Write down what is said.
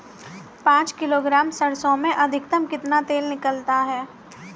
पाँच किलोग्राम सरसों में अधिकतम कितना तेल निकलता है?